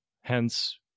hence